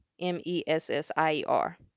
m-e-s-s-i-e-r